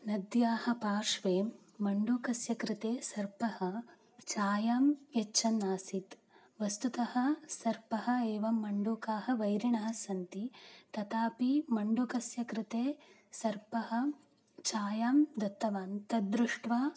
नद्याः पार्श्वे मण्डूकस्य कृते सर्पः चायां यच्छन् आसीत् वस्तुतः सर्पः एव मण्डूकः वैरिणः सन्ति तथापि मण्डूकस्य कृते सर्पः छायां दत्तवान् तद्दृष्ट्वा